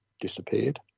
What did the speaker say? disappeared